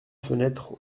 fenêtre